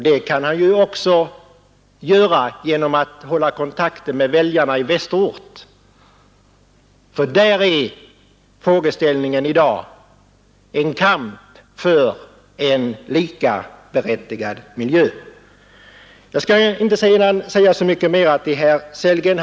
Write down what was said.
Det kan han ju också göra genom att hålla kontakten med väljarna i Västerort, för där är frågeställningen i dag en kamp för en likaberättigad miljö. Jag skall inte sedan säga så mycket mera till herr Sellgren.